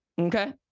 Okay